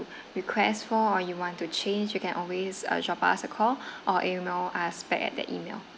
request for or you want to change you can always uh drop us a call or email as per at that email